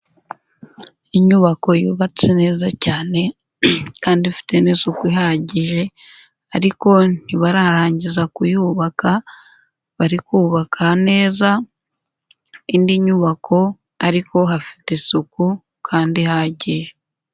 Inyubako yubatse neza cyane kandi ifite n'isuku ihagije ariko ntibararangiza kuyubaka barikuka neza indi nyubako ariko hafite isuku kandi ihagije.